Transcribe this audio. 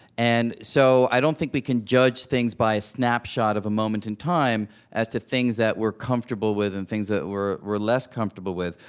and so, i don't think we can judge things by a snapshot of a moment in time as to things that we're comfortable with and things that we're we're less comfortable with.